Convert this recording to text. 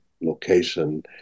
location